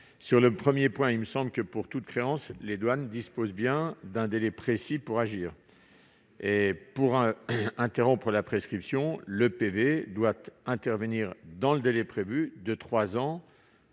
Sur le premier point, il me semble que, pour toute créance, les douanes disposent bien d'un délai précis pour agir. Pour interrompre la prescription, le procès-verbal doit intervenir dans le délai prévu de trois ans